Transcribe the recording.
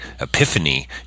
epiphany